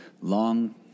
long